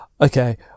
okay